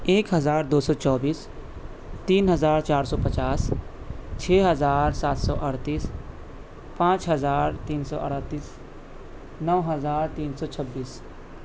ایک ہزار دو سو چوبیس تین ہزار چار سو پچاس چھ ہزار سات سو اڑتیس پانچ ہزار تین اڑتیس نو ہزار تین سو چھبیس